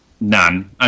None